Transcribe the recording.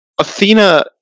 Athena